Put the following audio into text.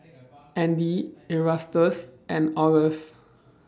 Andy Erastus and Olive